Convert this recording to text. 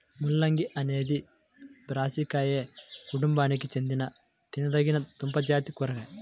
ముల్లంగి అనేది బ్రాసికాసియే కుటుంబానికి చెందిన తినదగిన దుంపజాతి కూరగాయ